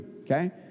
Okay